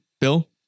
Bill